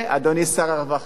אדוני שר הרווחה.